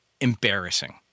embarrassing